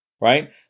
right